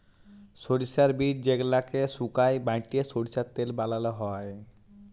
সরষার বীজ যেগলাকে সুকাই বাঁটে সরষার তেল বালাল হ্যয়